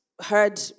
heard